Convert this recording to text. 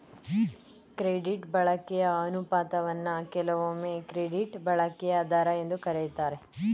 credit ಬಳಕೆಯ ಅನುಪಾತವನ್ನ ಕೆಲವೊಮ್ಮೆ ಕ್ರೆಡಿಟ್ ಬಳಕೆಯ ದರ ಎಂದು ಕರೆಯುತ್ತಾರೆ